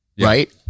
right